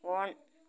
on